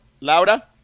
Laura